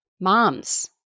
Moms